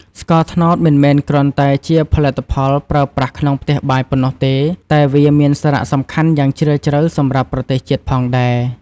ស្ករត្នោតមិនមែនគ្រាន់តែជាផលិតផលប្រើប្រាស់ក្នុងផ្ទះបាយប៉ុណ្ណោះទេ តែវាមានសារៈសំខាន់យ៉ាងជ្រាលជ្រៅសម្រាប់ប្រទេសជាតិផងដែរ។